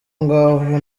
ngaho